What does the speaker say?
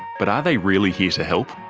but are they really here to help?